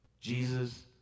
Jesus